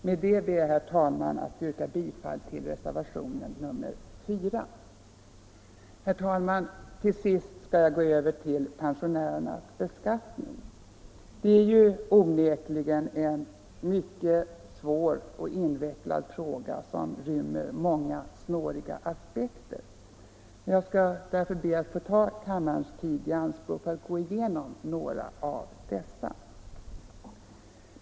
Med detta ber jag, herr talman, att få yrka bifall till reservationen 4. Herr talman! Till sist kommer jag till pensionärernas beskattning. Det är onekligen en mycket svår och invecklad fråga, som rymmer många snåriga aspekter. Jag skall därför be att få ta kammarens tid i anspråk för att gå igenom några av dessa.